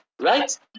right